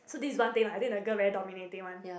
so this is one thing lah I think the girl very dominating one